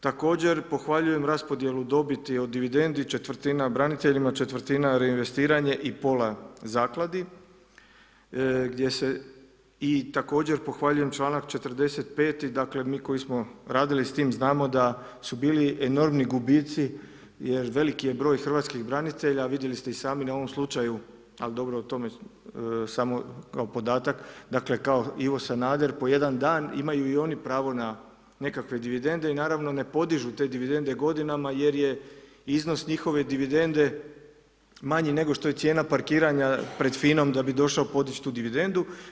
Također pohvaljujem raspodjelu dobiti od dividendi, četvrtina braniteljima, četvrtina reinvestiranje i pola zakladi gdje se, i također pohvaljujem članak 45. dakle mi koji smo radi s tim znamo da su bili enormni gubici jer veliki je broj hrvatskih branitelja a vidjeli ste i sami na ovom slučaju ali dobro o tome samo kao podatak dakle kao Ivo Sanader po jedan dan, imaju i oni pravo na nekakve dividende i naravno ne podižu te dividente godinama jer je iznos njihove dividende manji nego što je cijena parkiranja pred FINA-om da bi došao podići tu dividendu.